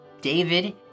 David